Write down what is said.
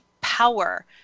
power